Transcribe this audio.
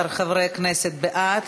11 חברי כנסת בעד,